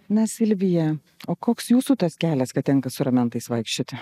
na silvija o koks jūsų tas kelias kad tenka su ramentais vaikščioti